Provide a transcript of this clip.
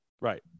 Right